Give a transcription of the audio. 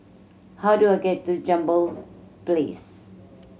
how do I get to Jambol Place